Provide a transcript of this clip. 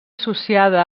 associada